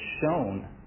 shown